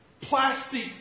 plastic